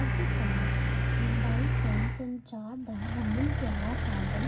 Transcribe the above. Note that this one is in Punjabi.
ਅੱਜ ਕੱਲ੍ਹ ਮੋਬਾਈਲ ਫ਼ੋਨ ਸੰਚਾਰ ਦਾ ਹਰਮਨ ਪਿਆਰਾ ਸਾਧਨ